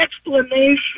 explanation